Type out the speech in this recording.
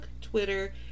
Twitter